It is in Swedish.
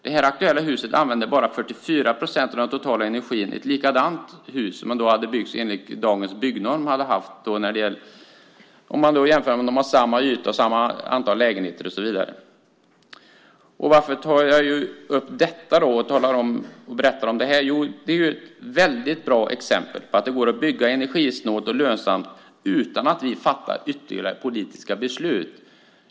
Det aktuella huset använder bara 44 procent av den totala energi som ett likadant hus byggt enligt dagens byggnormer och med samma yta och samma antal lägenheter hade använt. Varför berättar jag om detta? Jo, därför att det är ett väldigt bra exempel på att det går att bygga energisnålt och lönsamt utan att vi fattar ytterligare politiska beslut.